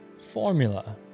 formula